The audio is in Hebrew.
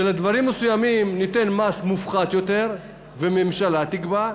שלדברים מסוימים ניתן מס מופחת, והממשלה תקבע,